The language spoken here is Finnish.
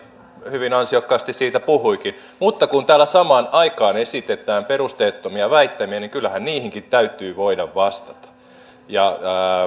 hyvin ansiokkaasti siitä puhuikin mutta kun täällä samaan aikaan esitetään perusteettomia väittämiä niin kyllähän niihinkin täytyy voida vastata kun